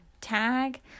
tag